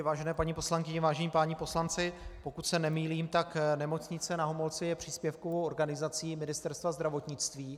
Vážené paní poslankyně, vážení páni poslanci, pokud se nemýlím, tak Nemocnice Na Homolce je příspěvkovou organizací Ministerstva zdravotnictví.